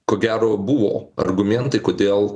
ko gero buvo argumentai kodėl